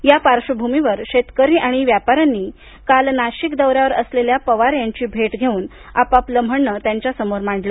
या पार्श्वभूमीवर शेतकरी आणि व्यापाऱ्यांनी काल नाशिक दौऱ्यावर असलेल्या पवार यांची भेट घेऊन आपापलं म्हणणं त्यांच्या समोर मांडलं